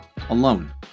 Alone